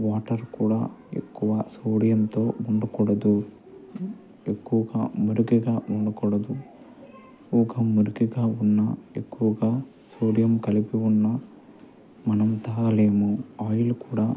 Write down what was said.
water కూడా ఎక్కువ సోడియంతో ఉండకూడదు ఎక్కువగా మురికిగా ఉండకూడదు ఎక్కువగా మురికిగా ఉన్నా ఎక్కువగా సోడియం కలిపి ఉన్నా మనం తాగలేము ఆయిల్ కూడా